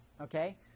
okay